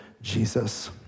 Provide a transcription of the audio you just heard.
Jesus